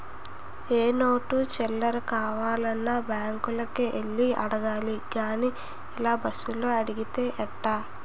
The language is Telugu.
ఏ నోటు చిల్లర కావాలన్నా బాంకులకే యెల్లి అడగాలి గానీ ఇలా బస్సులో అడిగితే ఎట్టా